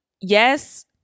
yes